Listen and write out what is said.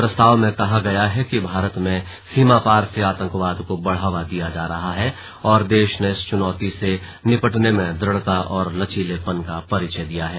प्रस्ताव में कहा गया है कि भारत में सीमापार से आतंकवाद को बढ़ावा दिया जा रहा है और देश ने इस चुनौती से निपटने में दुढ़ता और लचीलेपन का परिचय दिया है